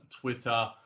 Twitter